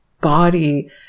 body